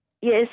Yes